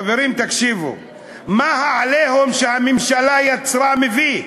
חברים, תקשיבו מה ה"עליהום" שהממשלה יצרה מביא.